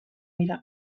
dira